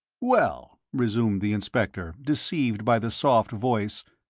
well, resumed the inspector, deceived by the soft voice,